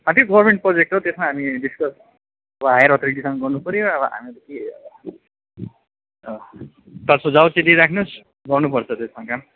aunty government project हो त्यसमा हामी डिस्कस अब हायर अर्थोरिटीसँग गर्नुपऱ्यो अब हामी त के तर सुझाऊ चाहिँ दिइराख्नु होस् गर्नुपर्छ त्यसमा काम